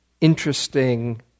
interesting